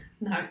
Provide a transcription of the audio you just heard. No